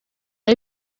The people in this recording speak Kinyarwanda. ari